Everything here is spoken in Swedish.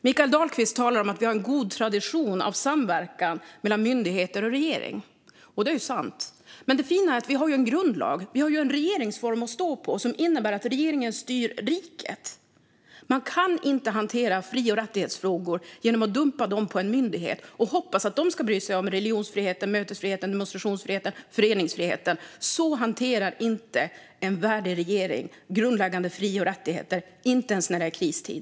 Mikael Dahlqvist talar om att vi har en god tradition av samverkan mellan myndigheter och regering. Det är sant. Men det fina är att vi har en grundlag, en regeringsform, att stå på som innebär att regeringen styr riket. Man kan inte hantera fri och rättighetsfrågor genom att dumpa dem på en myndighet och hoppas att den ska bry sig om religionsfriheten, mötesfriheten, demonstrationsfriheten och föreningsfriheten. Så hanterar inte en värdig regering grundläggande fri och rättigheter, inte ens när det är kristid.